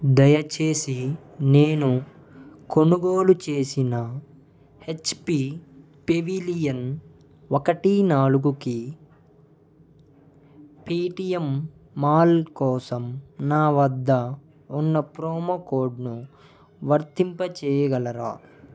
దయచేసి నేను కొనుగోలు చేసిన హెచ్ పీ పెవీలియన్ ఒకటి నాలుగుకి పేటీఎం మాల్ కోసం నా వద్ద ఉన్న ప్రోమో కోడ్ను వర్తింపచేయగలరా